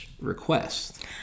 request